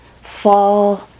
fall